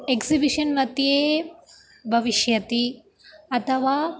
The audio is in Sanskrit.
एक्सिबिशन्मध्ये भविष्यति अथवा